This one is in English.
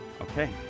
Okay